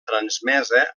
transmesa